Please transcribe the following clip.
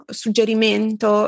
suggerimento